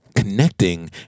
Connecting